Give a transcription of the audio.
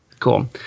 Cool